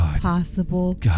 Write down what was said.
possible